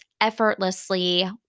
effortlessly